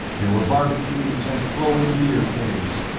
there were barbeques and flowing beer kegs.